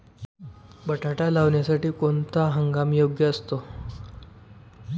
बटाटा लावण्यासाठी कोणता हंगाम योग्य असतो?